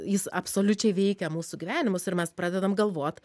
jis absoliučiai veikia mūsų gyvenimus ir mes pradedam galvot